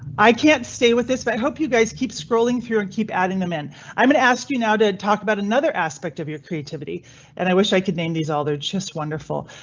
i can't stay with this. but i hope you guys keep scrolling through and keep adding them in. i'm going to ask you now to talk about another aspect of your creativity and i wish i could name these all. they're just wonderful.